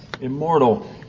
immortal